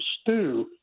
stew